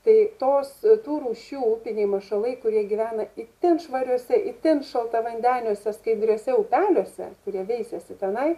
tai tos tų rūšių upiniai mašalai kurie gyvena itin švariuose itin šaltavandeniuose skaidriuose upeliuose kurie veisiasi tenai